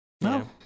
No